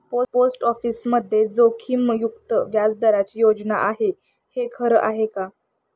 Post ऑफिसमध्ये जोखीममुक्त व्याजदराची योजना आहे, हे खरं आहे का?